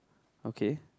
okay